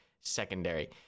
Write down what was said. secondary